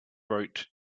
wrote